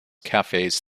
cafes